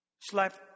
Slap